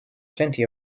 plenty